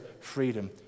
freedom